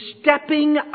stepping